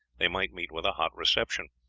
they might meet with a hot reception.